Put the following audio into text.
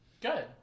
Good